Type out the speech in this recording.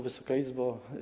Wysoka Izbo!